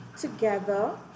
together